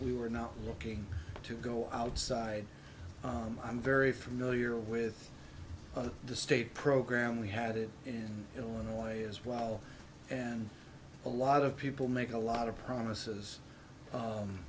we were not looking to go outside i'm very familiar with the state program we had it in illinois as well and a lot of people make a lot of promises